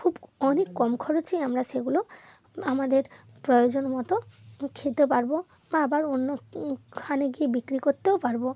খুব অনেক কম খরচেই আমরা সেগুলো আমাদের প্রয়োজন মতো খেতে পারব বা আবার অন্য ওখানে গিয়ে বিক্রি করতেও পারব